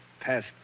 past